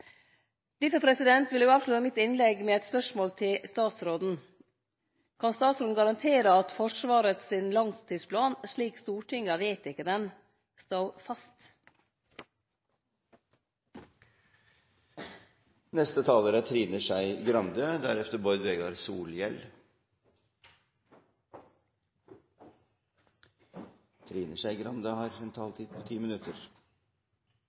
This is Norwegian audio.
Difor vil eg avslutte mitt innlegg med eit spørsmål til statsråden: Kan statsråden garantere at Forsvaret sin langtidsplan, slik Stortinget har vedteke den, står fast? For Venstre er det viktig at man har